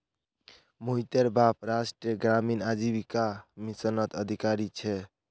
मोहितेर बाप राष्ट्रीय ग्रामीण आजीविका मिशनत अधिकारी छे